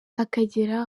akagera